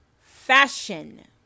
fashion